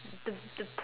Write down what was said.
the the